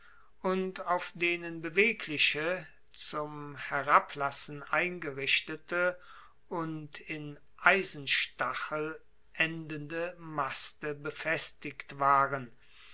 und auf denen bewegliche zum herablassen eingerichtete und in eisenstachel endende maste befestigt waren